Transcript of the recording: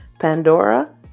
Pandora